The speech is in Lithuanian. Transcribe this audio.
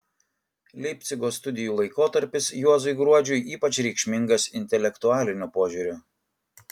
leipcigo studijų laikotarpis juozui gruodžiui ypač reikšmingas intelektualiniu požiūriu